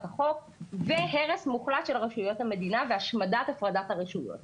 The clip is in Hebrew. החוק והרס מוחלט של רשויות המדינה והשמדת הפרדת הרשויות.